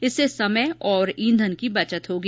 इससे समय और ईंधन की बचत होगी